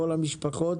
כל המשפחות